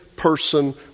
person